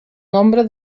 nombre